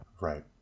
Right